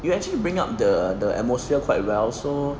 you actually bring up the the atmosphere quite well so